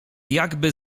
jakby